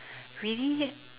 really